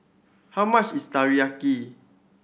how much is Teriyaki